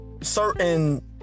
certain